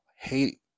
Hate